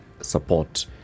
support